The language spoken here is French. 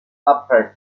après